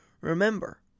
Remember